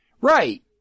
right